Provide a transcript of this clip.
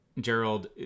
Gerald